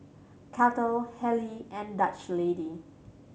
Kettle Haylee and Dutch Lady